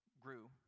grew